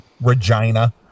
Regina